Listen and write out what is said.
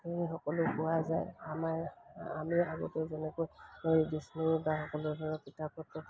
সেই সকলো পোৱা যায় আমাৰ আমি আগতে যেনেকৈ ধৰি ডিক্সনেৰী বা সকলো ধৰণৰ কিতাপ পত্ৰ